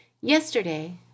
Yesterday